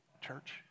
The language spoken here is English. church